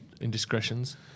Indiscretions